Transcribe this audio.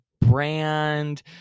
brand